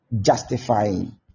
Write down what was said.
justifying